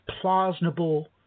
plausible